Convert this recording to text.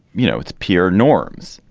you know, it's peer norms.